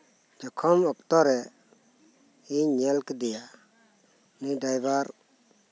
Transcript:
ᱡᱚᱠᱷᱚᱢ ᱚᱠᱛᱚᱨᱮ ᱤᱧ ᱧᱮᱞ ᱠᱮᱫᱮᱭᱟ ᱱᱩᱭ ᱰᱨᱟᱭᱵᱷᱟᱨ